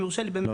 אם יורשה לי לא,